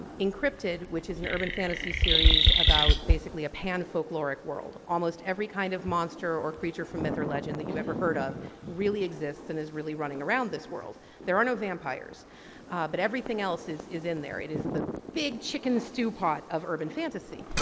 incryptid which is an urban fantasy series about basically a pan folkloric world. almost every kind of monster or creature from myth or legend that you ever heard of really exists and are really running around this world. there are no vampires but everything else is is in there. it is the big chicken stew pot of urban fantasy.